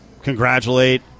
congratulate